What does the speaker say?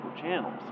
channels